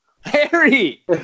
Harry